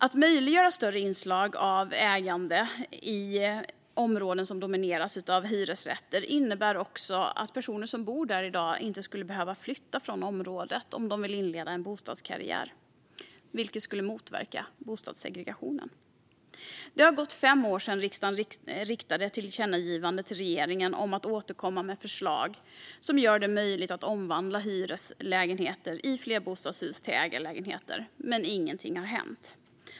Att möjliggöra större inslag av ägande i områden som domineras av hyresrätter innebär också att personer som bor där i dag inte skulle behöva flytta från området om de vill inleda en bostadskarriär, vilket skulle motverka bostadssegregationen. Det har gått fem år sedan riksdagen riktade ett tillkännagivande till regeringen om att återkomma med förslag som gör det möjligt att omvandla hyreslägenheter i flerbostadshus till ägarlägenheter, men ingenting har hänt.